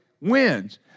wins